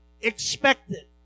expected